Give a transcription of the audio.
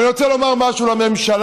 אבל אני רוצה לומר משהו לממשלה,